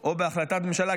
או בהחלטת ממשלה.